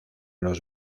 los